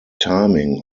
timing